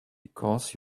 because